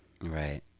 Right